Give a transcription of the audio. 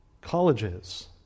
colleges